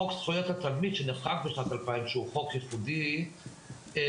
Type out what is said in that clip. חוק זכויות התלמיד שנחקק בשנת 2000 והוא חוק ייחודי בעולם,